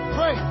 Pray